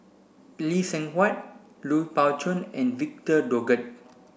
Lee Seng Huat Lui Pao Chuen and Victor Doggett